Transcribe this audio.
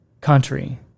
country